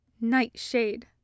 Nightshade